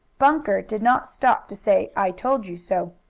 bunker did not stop to say i told you so!